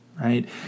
right